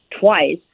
twice